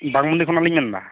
ᱵᱟᱜᱽᱢᱩᱱᱰᱤ ᱠᱷᱚᱱᱟᱜ ᱞᱤᱧ ᱢᱮᱱᱮᱫᱟ